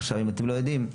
עכשיו, אם אתם לא יודעים,